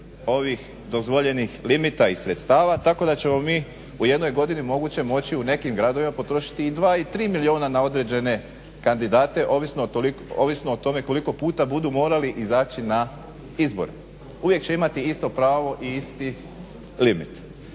ovih dozvoljenih limita i sredstava tako da ćemo mi u jednoj godini moguće moći u nekim gradovima potrošiti i dva i tri milijuna na određene kandidate ovisno o tome koliko puta budu morali izaći na izbore. Uvijek će imati isto pravo i isti limit.